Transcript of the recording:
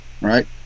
right